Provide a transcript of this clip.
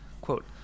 Quote